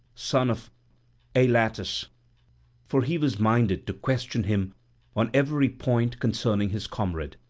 son of eilatus for he was minded to question him on every point concerning his comrade.